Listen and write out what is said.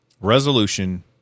resolution